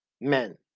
men